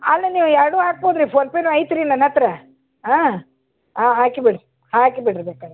ಅಲ್ಲ ನೀವು ಎರಡೂ ಹಾಕ್ಬೋದು ರೀ ಫೋನ್ಪೇನು ಐತ್ರೀ ನನ್ನ ಹತ್ತಿರ ಆಂ ಹಾಂ ಹಾಕಿ ಬಿಡಿ ಹಾಕಿ ಬಿಡಿರಿ ಬೇಕಾದ್ರೆ